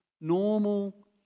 normal